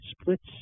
splits